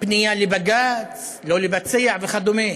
פנייה לבג"ץ לא לבצע וכדומה.